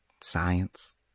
Science